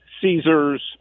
Caesars